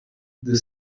the